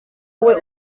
wowe